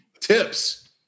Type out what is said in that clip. Tips